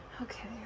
Okay